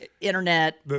internet